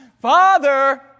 father